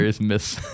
miss